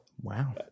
Wow